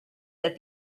that